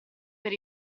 per